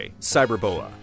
Cyberboa